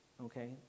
okay